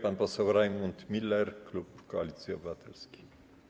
Pan poseł Rajmund Miller, klub Koalicji Obywatelskiej.